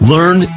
Learn